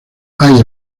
hay